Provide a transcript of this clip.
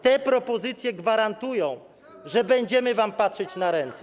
Te propozycje gwarantują, że będziemy wam patrzeć na ręce.